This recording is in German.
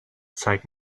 zeig